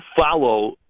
follow